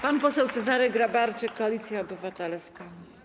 Pan poseł Cezary Grabarczyk, Koalicja Obywatelska.